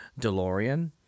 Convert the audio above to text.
DeLorean